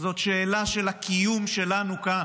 זאת שאלה של הקיום שלנו כאן.